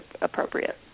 appropriate